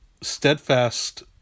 steadfast